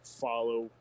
follow